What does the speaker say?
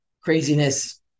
craziness